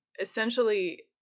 essentially